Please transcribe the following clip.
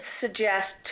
suggest